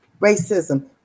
racism